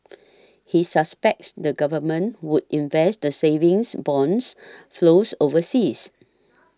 he suspects the government would invest the savings bonds flows overseas